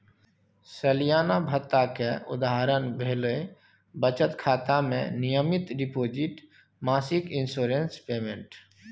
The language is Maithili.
सलियाना भत्ता केर उदाहरण भेलै बचत खाता मे नियमित डिपोजिट, मासिक इंश्योरेंस पेमेंट